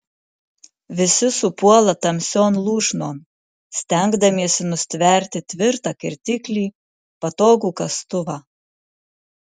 visi supuola tamsion lūšnon stengdamiesi nustverti tvirtą kirtiklį patogų kastuvą